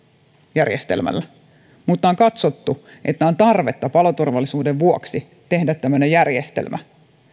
järjestelmällä mutta on katsottu että on tarvetta paloturvallisuuden vuoksi tehdä tämmöinen järjestelmä